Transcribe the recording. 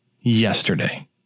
yesterday